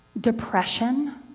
depression